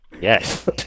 Yes